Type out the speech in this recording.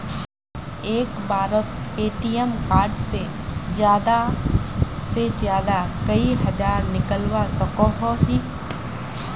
एक बारोत ATM card से ज्यादा से ज्यादा कई हजार निकलवा सकोहो ही?